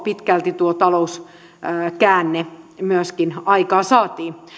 pitkälti tuo talouskäänne myöskin aikaansaatiin